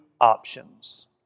options